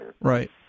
Right